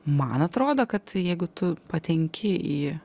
man atrodo kad jeigu tu patenki į